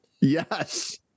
Yes